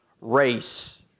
race